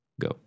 Go